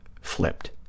flipped